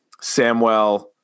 Samwell